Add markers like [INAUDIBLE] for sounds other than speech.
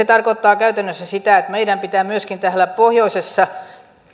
[UNINTELLIGIBLE] tarkoittaa käytännössä sitä että myöskin meidän täällä pohjoisessa